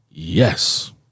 Yes